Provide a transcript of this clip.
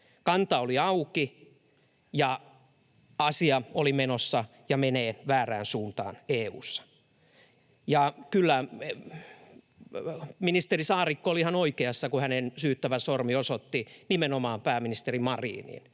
Kanta oli auki, ja asia oli menossa ja menee väärään suuntaan EU:ssa. Ja kyllä ministeri Saarikko oli ihan oikeassa, kun hänen syyttävä sormensa osoitti nimenomaan pääministeri Mariniin.